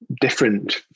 Different